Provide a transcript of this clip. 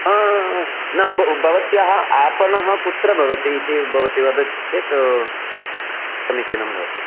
न ब भवत्याः आपणः कुत्र भवति इति भवति वदति चेत् समीचीनं भवति